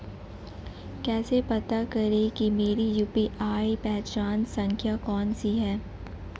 कैसे पता करें कि मेरी यू.पी.आई पहचान संख्या कौनसी है?